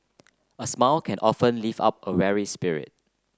a smile can often lift up a weary spirit